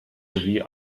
sowie